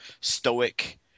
stoic